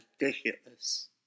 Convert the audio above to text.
ridiculous